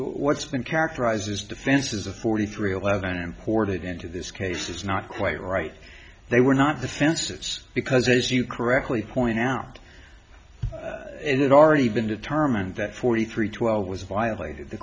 what's been characterized as defenses of forty three alleged and imported into this case is not quite right they were not the fences because as you correctly point out it already been determined that forty three twelve was violated the